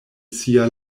sia